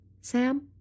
Sam